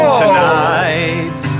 tonight